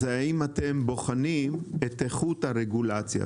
זה האם אתם בוחנים את איכות הרגולציה?